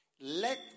Let